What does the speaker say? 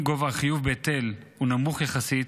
אם גובה החיוב בהיטל הוא נמוך יחסית,